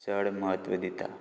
चड म्हत्व दिता